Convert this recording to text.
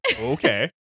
Okay